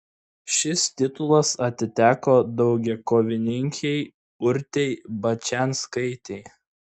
šis titulas atiteko daugiakovininkei urtei bačianskaitei